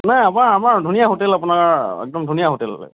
নাই আমাৰ আমাৰ ধুনীয়া হোটেল আপোনাৰ একদম ধুনীয়া হোটেল